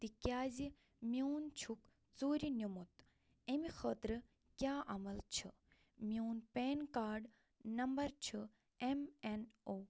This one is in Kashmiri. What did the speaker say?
تکیٛازِ میٚون چھُکھ ژوٗرِ نیٛمُت اَمہِ خٲطرٕ کیٛاہ عمل چھِ میٛون پین کارڈ نمبر چھُ ایٚم ایٚن او